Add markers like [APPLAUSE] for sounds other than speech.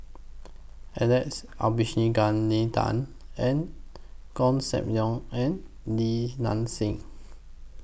Alex Abisheganaden and [UNINTELLIGIBLE] SAM Leong and Li Nanxing